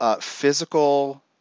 Physical